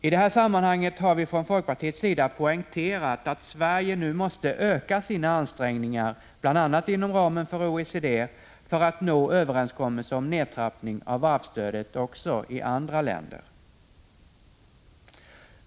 I det här sammanhanget har vi från folkpartiet poängterat att Sverige nu måste öka sina ansträngningar, bl.a, inom ramen för OECD, för att nå överenskommelse om nedtrappning av varvsstödet också i andra länder.